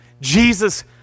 Jesus